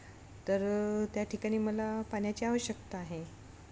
तर त्या ठिकाणी मला पाण्याची आवश्यकता आहे